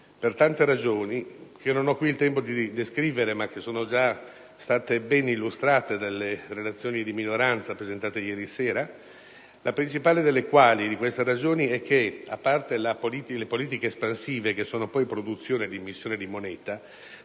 per tante ragioni che non ho qui il tempo di descrivere, ma che sono già state ben illustrate dalle relazioni di minoranza presentate ieri sera: la principale è che, a parte le politiche espansive, che consistono poi in produzione ed immissione di moneta,